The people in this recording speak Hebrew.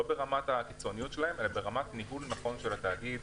לא ברמת הקיצוניות שלהם אלא ברמת ניהול נכון של התאגיד.